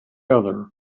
other